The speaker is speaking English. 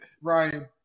Ryan